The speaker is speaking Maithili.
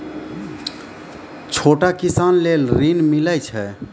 छोटा किसान लेल ॠन मिलय छै?